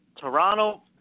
Toronto